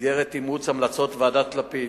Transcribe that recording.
במסגרת אימוץ המלצות ועדת-לפיד,